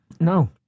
no